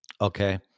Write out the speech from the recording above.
okay